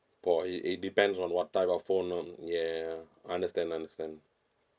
oh it it depends on what type of phone I'm yeah understand understand